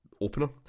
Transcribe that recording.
opener